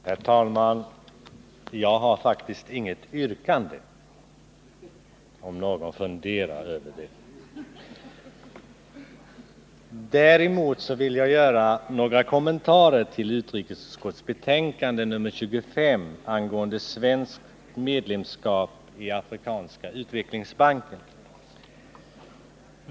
Herr talman! Jag har faktiskt inget yrkande, om någon funderar på det. Onsdagen den Däremot vill jag göra några kommentarer till utrikesutskottets betänkande 28 maj 1980 nr 25 angående svenskt medlemskap i Afrikanska utvecklingsbanken.